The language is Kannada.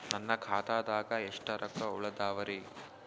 ನನ್ನ ಖಾತಾದಾಗ ಎಷ್ಟ ರೊಕ್ಕ ಉಳದಾವರಿ?